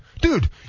dude